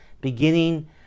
beginning